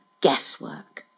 guesswork